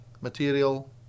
material